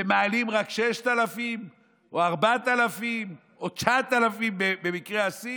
ומעלים רק 6,000 או 4,000 או 9,000 במקרה השיא.